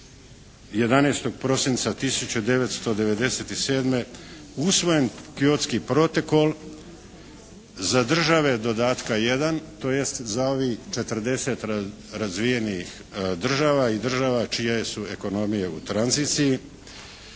11. prosinca 1997. usvojen Kyotski protokol za države dodatka jedan, tj. za ovih 40 razvijenih država i država čije su ekonomije u tranziciji